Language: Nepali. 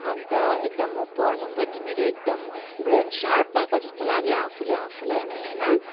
अन्त एकदम म पढ्न पनि मेरो एकदम ब्रेन सार्प भएको जस्तो लाग्यो आफूले आफूलाई नै होइन